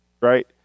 right